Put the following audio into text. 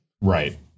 Right